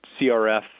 CRF